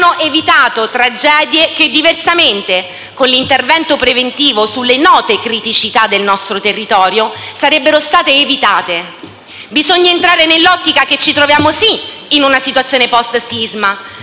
non hanno evitato tragedie che diversamente, con l'intervento preventivo sulle note criticità del nostro territorio, sarebbero state evitate. Bisogna entrare nell'ottica che ci troviamo sì, in una situazione post-sisma,